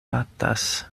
batas